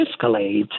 escalate